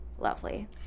lovely